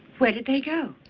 where did they go?